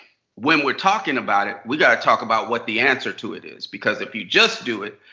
when we're talking about it, we've got to talk about what the answer to it is. because if you just do it,